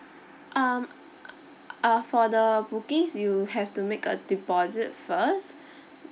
um uh for the bookings you have to make a deposit first